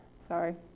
sorry